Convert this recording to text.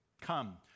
Come